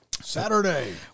Saturday